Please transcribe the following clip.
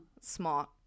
smart